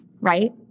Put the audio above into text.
right